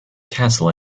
cattle